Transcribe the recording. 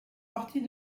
partie